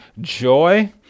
joy